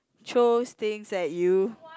chose things that you